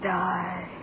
die